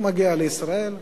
הוא מגיע לישראל,